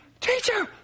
Teacher